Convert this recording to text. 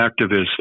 activist